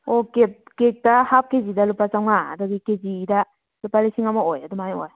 ꯑꯣ ꯀꯦꯛꯇ ꯍꯥꯐ ꯀꯦ ꯖꯤꯗ ꯂꯨꯄꯥ ꯆꯥꯝꯃꯉꯥ ꯑꯗꯒꯤ ꯀꯦ ꯖꯤꯗ ꯂꯨꯄꯥ ꯂꯤꯁꯤꯡ ꯑꯃ ꯑꯣꯏ ꯑꯗꯨꯃꯥꯏꯅ ꯑꯣꯏ